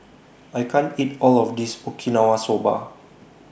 I can't eat All of This Okinawa Soba